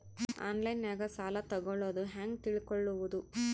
ಆನ್ಲೈನಾಗ ಸಾಲ ತಗೊಳ್ಳೋದು ಹ್ಯಾಂಗ್ ತಿಳಕೊಳ್ಳುವುದು?